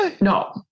no